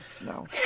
no